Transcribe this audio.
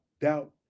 doubt